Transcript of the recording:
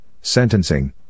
sentencing